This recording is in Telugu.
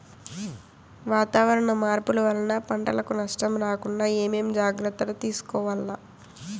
వాతావరణ మార్పులు వలన పంటలకు నష్టం రాకుండా ఏమేం జాగ్రత్తలు తీసుకోవల్ల?